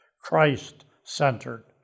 christ-centered